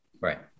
Right